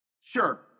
Sure